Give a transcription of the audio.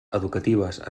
educatives